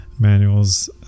Manuals